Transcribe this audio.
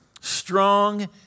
strong